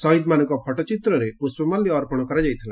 ସହୀଦମାନଙ୍କ ଫଟୋଚିତ୍ରରେ ପୁଷ୍ଟମାଲ୍ୟ ଅର୍ପଣ କରାଯାଇଥିଲା